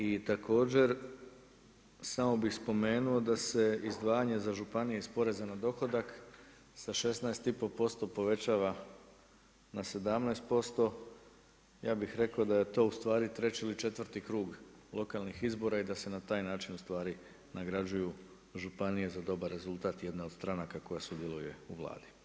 I također samo bih spomenuo da se izdvajanje za županije iz poreza na dohodak sa 16,5% povećava na 17%, ja bih rekao da je to ustvari 3. ili 4. krug lokalnih izbora i da se na taj način ustvari nagrađuju županije za dobar rezultat jedne od stranaka koja sudjeluje u Vladi.